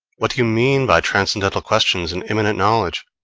what do you mean by transcendental questions and immanent knowledge?